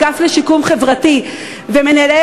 האגף לשיקום חברתי ומינהלי,